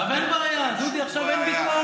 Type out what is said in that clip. עכשיו אין בעיה, דודי, עכשיו אין ביקורת.